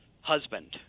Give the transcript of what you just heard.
husband